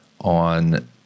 on